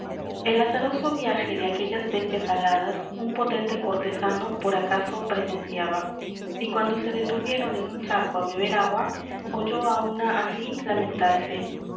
el azaroso viaje de aquellas bestias aladas un potente cortesano por acaso presenciaba y cuando se detuvieron en un charco á beber agua oyó á una así lamentarse